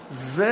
לביצוע.